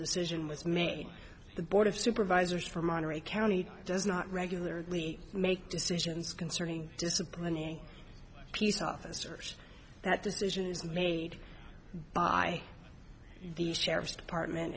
decision was made the board of supervisors from monterey county does not regularly make decisions concerning disciplining peace officers that decision is made by the sheriff's department